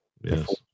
Yes